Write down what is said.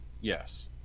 Yes